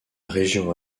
région